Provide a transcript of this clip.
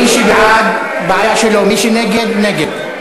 מי שבעד, בעיה שלו, מי שנגד, נגד.